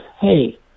Hey